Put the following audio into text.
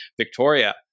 Victoria